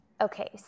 Okay